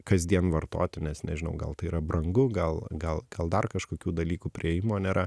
kasdien vartoti nes nežinau gal tai yra brangu gal gal gal dar kažkokių dalykų priėjimo nėra